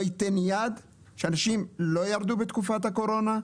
ייתן יד שאנשים לא ירדו בתקופת הקורונה,